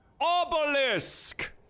Obelisk